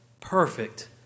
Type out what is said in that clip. perfect